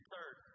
Third